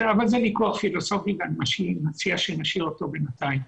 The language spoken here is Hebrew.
אבל זה וויכוח פילוסופי ואני מציע שנשאיר אותו בינתיים.